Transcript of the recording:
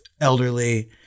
elderly